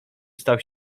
stał